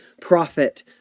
prophet